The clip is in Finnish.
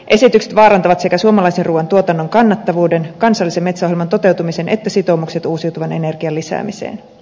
esitykset vaarantavat sekä suomalaisen ruuan tuotannon kannattavuuden kansallisen metsäohjelman toteutumisen että sitoumukset uusiutuvan energian lisäämiseen